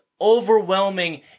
overwhelming